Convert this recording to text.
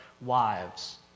wives